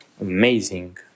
amazing